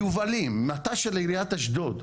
יובלים, מט"ש של עיריית אשדוד.